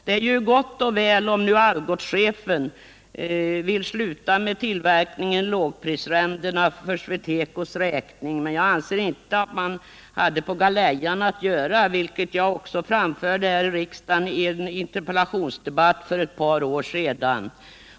Det är ju gott och väl om Algotschefen nu vill sluta med tillverkningen i lågprisländerna för SweTecos räkning, men jag anser att man inte hade på galejan att göra, vilket jag också framhöll här i riksdagen i en interpellationsdebatt för ett par år sedan.